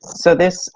so this